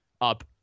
up